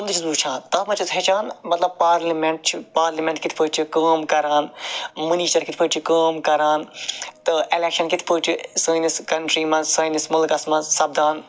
تم تہ چھُس بہٕ وٕچھان تتھ مَنٛز چھِ أسۍ ہیٚچھان مَطلَب پارلِمیٚنٹ چھ پارلِمیٚنٹ کِتھ کنۍ چھِ کٲم کران منسٹر کِتھ کنۍ چھِ کٲم کَران تہٕ الیٚکشَن کِتھ کنۍ چھُ سٲنِس کَنٹری مَنٛز سٲنِس ملکَس مَنٛز سَبدان